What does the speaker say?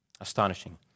Astonishing